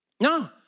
No